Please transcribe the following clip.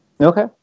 Okay